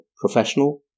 professional